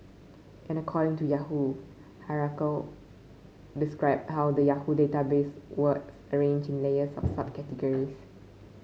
and according to Yahoo hierarchical described how the Yahoo database was arranged in layers of subcategories